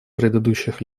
предыдущих